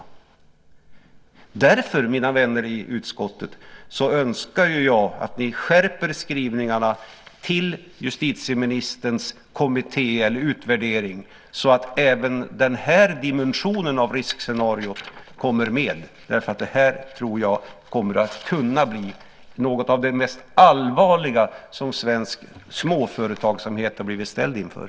Därför, mina vänner i utskottet, önskar jag att ni skärper skrivningarna till justitieministerns kommitté eller utvärdering så att även den här dimensionen av riskscenariot kommer med. Det här tror jag kan komma att bli något av det mest allvarliga som svensk småföretagsamhet varit ställd inför.